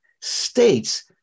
states